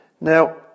Now